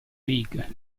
league